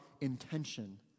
intention